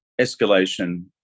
Escalation